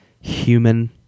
human